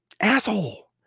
Asshole